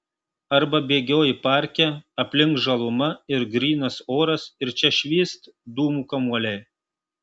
arba bėgioji parke aplink žaluma ir grynas oras ir čia švyst dūmų kamuoliai